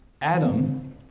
Adam